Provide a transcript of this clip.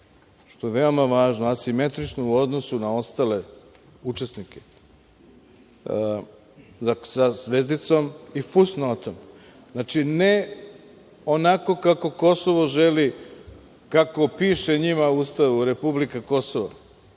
što je veoma važno, asimetrično u odnosu na ostale učesnike sa zvezdicom i fusnotom. Znači, ne onako kako Kosovo želi, kako piše njima u ustavu republika Kosovo